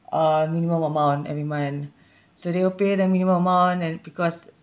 uh minimum amount every month so they will pay the minimum amount and because